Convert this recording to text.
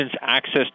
access